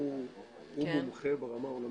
מנהל מחלקת חירום.